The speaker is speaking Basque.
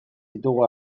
ditugu